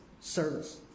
service